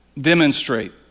demonstrate